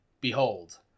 behold